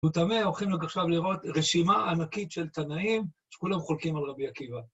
הולכים גם עכשיו לראות רשימה ענקית של תנאים שכולם חולקים על רבי עקיבא.